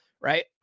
Right